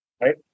right